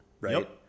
right